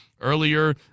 earlier